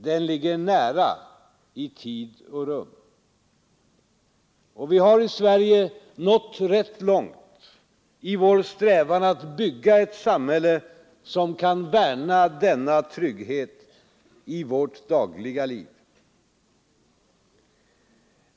Den ligger nära i tid och rum. Och vi har i Sverige nått rätt långt i vår strävan att bygga ett samhälle som kan värna denna trygghet i vårt dagliga liv.